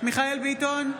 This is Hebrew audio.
מיכאל מרדכי ביטון,